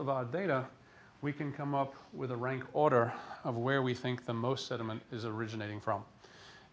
of our data we can come up with a rank order of where we think the most adamant is a originating from